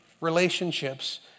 relationships